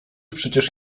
przecież